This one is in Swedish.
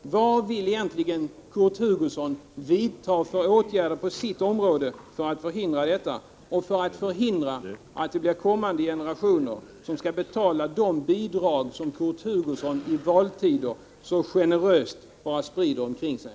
Vad vill egentligen Kurt Hugosson vidta för åtgärder på sitt område för att förhindra detta och för att förhindra att det blir kommande generationer som skall betala de bidrag som han i valtider så generöst sprider omkring sig?